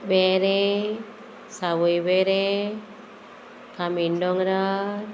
वेरें सावयवेरें कामीण दोंगरार